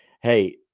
Hey